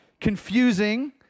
confusing